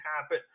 happen